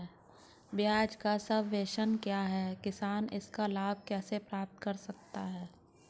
ब्याज सबवेंशन क्या है और किसान इसका लाभ कैसे प्राप्त कर सकता है?